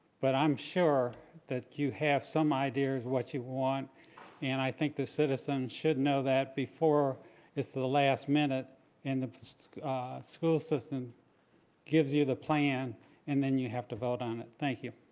but i'm sure that you have some idea as to what you want and i think the citizens should know that before it's the the last minute and the school system gives you the plan and then you have to vote on it. thank you.